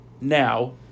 Now